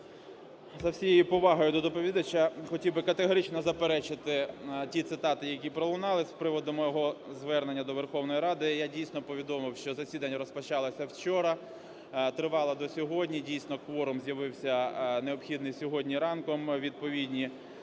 З усією повагою до доповідача, хотів би категорично заперечити ті цитати, які пролунали з приводу мого звернення до Верховної Ради. Я дійсно повідомив, що засідання розпочалося вчора, тривало до сьогодні. Дійсно кворум з'явився необхідний сьогодні ранком, відповідні